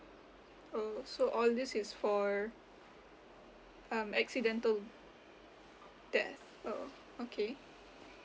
oh so all this is for um accidental death oh okay